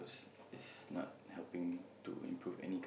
it's not helping to improve any kind of